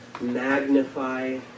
magnify